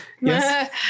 Yes